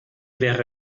wäre